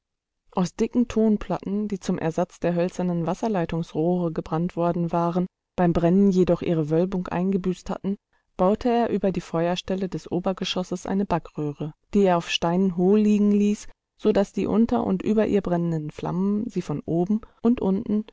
aus dicken tonplatten die zum ersatz der hölzernen wasserleitungsrohre gebrannt worden waren beim brennen jedoch ihre wölbung eingebüßt hatten baute er über die feuerstelle des obergeschosses eine backröhre die er auf steinen hohlliegen ließ so daß die unter und über ihr brennenden flammen sie von oben und unten